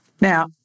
Now